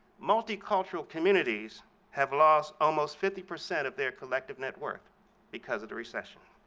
multicultural communities have lost almost fifty percent of their collective net worth because of the recession.